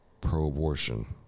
pro-abortion